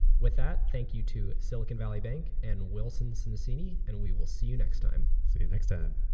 with that, thank you to silicon valley bank and wilson sonsini. and we will see you next time. see you next time.